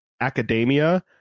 academia